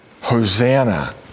Hosanna